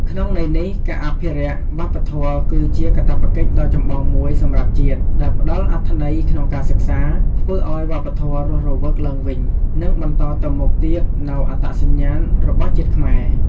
ក្នុងន័យនេះ ការអភិរក្សវប្បធម៌គឺជាកាតព្វកិច្ចដ៏ចម្បងមួយសម្រាប់ជាតិ ដែលផ្ដល់អត្ថន័យក្នុងការសិក្សា ធ្វើឲ្យវប្បធម៌រស់រវើកឡើងវិញ និងបន្តទៅមុខទៀតនូវអត្តសញ្ញាណរបស់ជាតិខ្មែរ។